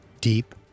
deep